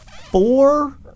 four